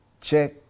Check